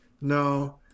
no